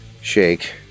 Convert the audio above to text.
shake